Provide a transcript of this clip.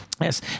Yes